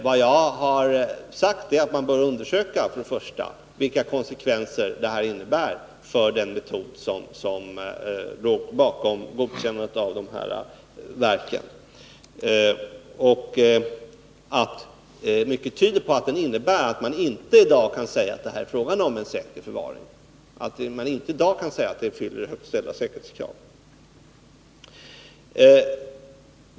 Vad jag har sagt är att man först och främst bör undersöka vilka konsekvenserna är för den metod som låg bakom godkännandet av dessa verk och att mycket tyder på att den innebär att man i daginte kan säga att det är fråga om en säker förvaring eller att den fyller högt ställda säkerhetskrav.